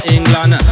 England